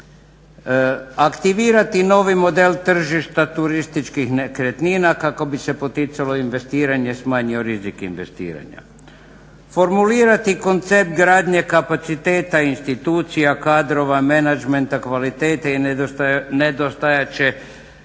aktivirati novi model tržišta turističkih nekretnina kako bi se poticalo investiranje, smanjio rizik investiranja, formulirati koncept gradnje kapaciteta institucija kadrova, menadžmenta, kvalitete i ne dostajat